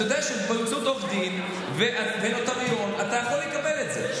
אתה יודע שבאמצעות עורך דין ונוטריון אתה יכול לקבל את זה.